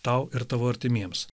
tau ir tavo artimiems